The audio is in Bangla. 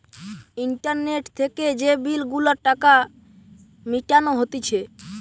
ইন্টারনেট থেকে যে বিল গুলার টাকা মিটানো হতিছে